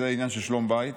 זה עניין של שלום בית.